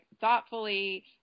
thoughtfully